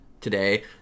today